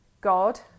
God